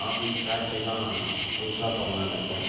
apple திராட்சைலாம் புதுசாக பண்ணலான்னு இருக்கேன்